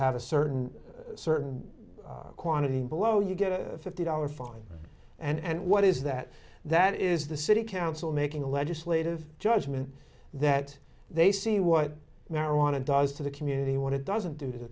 have a certain certain quantity below you get a fifty dollar fine and what is that that is the city council making a legislative judgment that they see what marijuana does to the community what it doesn't do t